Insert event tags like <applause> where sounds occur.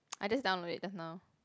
<noise> I just downloaded it just now